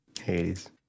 Hades